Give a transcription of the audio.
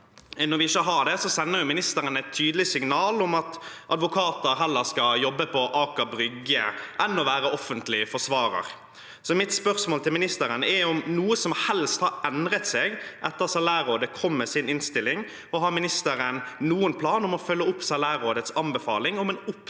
bærekraftig salærsats, sender ministeren et tydelig signal om at advokater heller skal jobbe på Aker brygge enn å være offentlig forsvarer. Mitt spørsmål til ministeren er: Har noe som helst endret seg etter at salærrådet kom med sin innstilling, og har ministeren noen plan om å følge opp salærrådets anbefaling om en opptrappingsplan